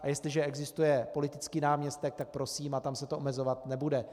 A jestliže existuje politický náměstek, tak prosím, a tam se to omezovat nebude.